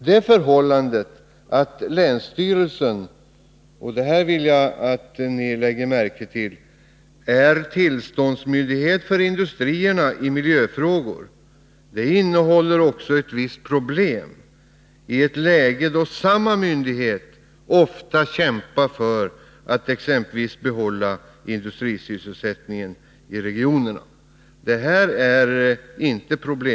Det förhållandet att länsstyrelsen är tillståndsmyndighet för industrierna i miljöfrågor innebär ett visst problem i ett läge då samma myndighet ofta kämpar för att behålla industrisysselsättning i regionerna.